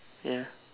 ya